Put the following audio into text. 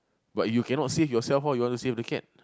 but you cannot save yourself how you want to save the cat